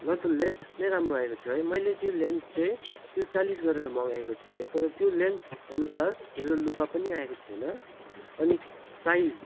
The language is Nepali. न त लेन्थ नै राम्रो आएको थियो है मैले चाहिँ लेन्थ चाहिँ त्रिचालिस गरेर मगाएको थिएँ है तर त्यो लेन्थ अनुसार मेरो लुगा पनि आएको थिएन अनि साइज